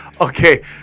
Okay